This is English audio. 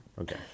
Okay